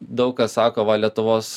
daug kas sako va lietuvos